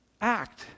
act